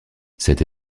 cette